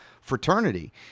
fraternity